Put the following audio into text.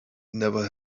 never